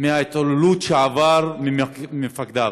מההתעללות שעבר ממפקדיו,